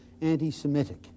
anti-semitic